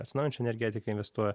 atsinaujinančią energetiką investuoja